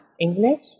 English